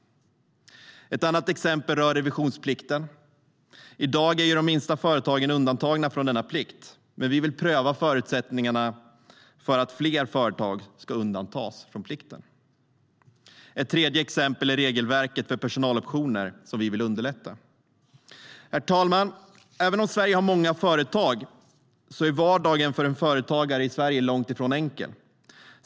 Ett annat exempel rör revisionsplikten. I dag är de minsta företagen undantagna från denna plikt, men vi vill pröva förutsättningarna för att fler företag ska undantas från plikten. Ett tredje exempel är regelverket för personaloptioner, som vi vill underlätta. Herr talman! Även om Sverige har många företag är vardagen för en företagare i Sverige långt ifrån enkel.